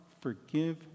forgive